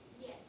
Yes